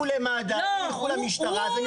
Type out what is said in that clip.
לכו למד"א, לכו למשטרה וירגישו חלק.